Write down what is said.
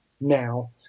now